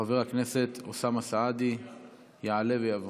חבר הכנסת אוסאמה סעדי יעלה ויבוא.